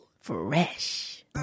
Fresh